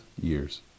years